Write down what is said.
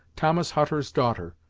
thomas hutter's daughter,